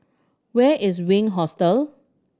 where is Wink Hostel